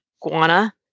guana